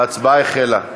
ההצבעה החלה.